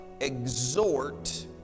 exhort